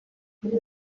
nubwo